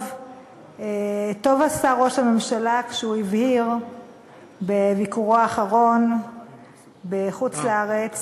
טוב עשה ראש הממשלה כשהבהיר בביקורו האחרון בחוץ-לארץ